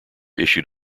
issued